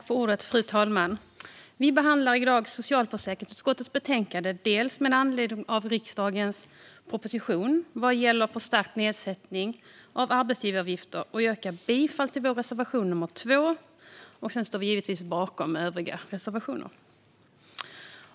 Fru talman! Vi behandlar i dag socialförsäkringsutskottets betänkande med anledning av riksdagens proposition om förstärkt nedsättning av arbetsgivaravgifter. Jag yrkar bifall till vår reservation 2. Jag står givetvis bakom våra övriga reservationer.